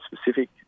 specific